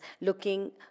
looking